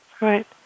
Right